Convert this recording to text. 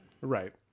Right